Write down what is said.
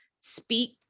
speak